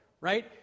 right